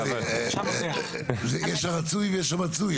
יש את הרצוי ויש את המצוי.